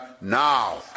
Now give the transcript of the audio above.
now